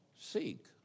seek